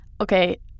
Okay